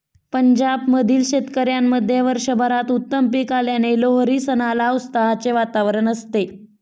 पंजाब मधील शेतकऱ्यांमध्ये वर्षभरात उत्तम पीक आल्याने लोहरी सणाला उत्साहाचे वातावरण असते